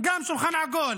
גם שולחן עגול.